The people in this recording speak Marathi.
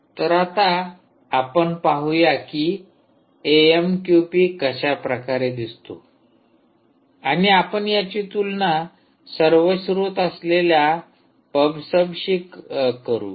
तर आता आपण पाहूया कि एएमक्यूपी कशाप्रकारे दिसतो आणि आपण याची तुलना सर्वश्रूत असलेल्या पब सबशी करू